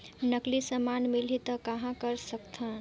नकली समान मिलही त कहां कर सकथन?